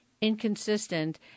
inconsistent